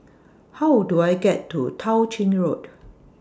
How Do I get to Tao Ching Road